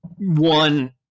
one